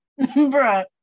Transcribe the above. Bruh